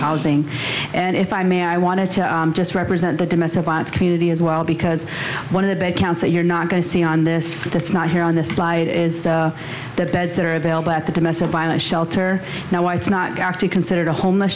housing and if i may i want to just represent the domestic box community as well because one of the big counts that you're not going to see on this that's not here on this slide is that beds that are available at the domestic violence shelter now it's not considered a homeless